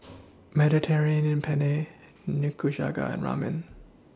Mediterranean Penne Nikujaga and Ramen